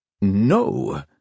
No